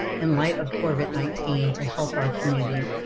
in light of covid nineteen to help our community.